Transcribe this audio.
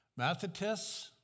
Mathetes